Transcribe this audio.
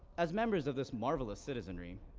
as members of this marvelous citizenry,